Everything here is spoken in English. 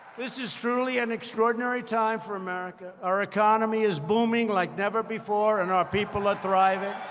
this is truly an extraordinary time for america. our economy is booming like never before, and our people are thriving.